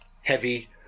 heavy